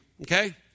Okay